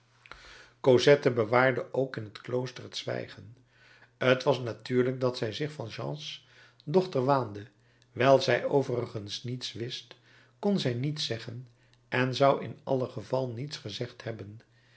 cosette bewaarde ook in het klooster het zwijgen t was natuurlijk dat zij zich valjeans dochter waande wijl zij overigens niets wist kon zij niets zeggen en zou in allen geval niets gezegd hebben